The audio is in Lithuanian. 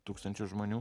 tūkstančio žmonių